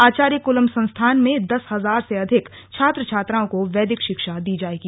आचार्य कुलम संस्थान में दस हजार से अधिक छात्र छात्राओं को वैदिक शिक्षा दी जाएगी